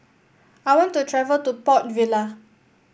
I want to travel to Port Vila